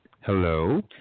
Hello